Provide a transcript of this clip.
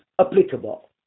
applicable